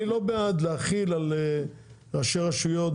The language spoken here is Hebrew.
אני לא בעד להחיל על ראשי רשויות,